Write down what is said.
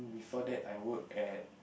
before that I worked at